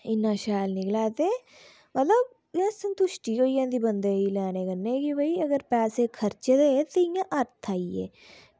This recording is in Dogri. इन्ना शैल निकलै ते बाऽ संतुश्टि होई जंदी की कोई पैसे खर्चे दे होन ते अर्थ आई गे